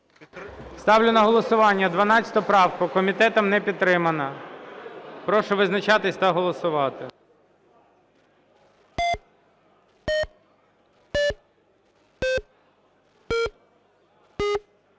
Ставлю на голосування 5 правку, комітетом не підтримана. Прошу визначатись та голосувати.